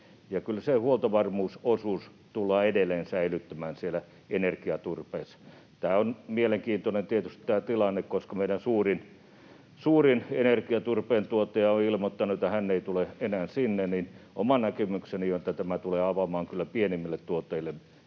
huoltovarmuusosuus tullaan edelleen säilyttämään siellä energiaturpeessa. Tämä tilanne on tietysti mielenkiintoinen, koska meidän suurin energiaturpeen tuottaja on ilmoittanut, että he eivät tule enää sinne, ja oma näkemykseni on, että tämä tulee avaamaan kyllä pienemmille tuottajille